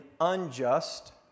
unjust